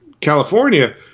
California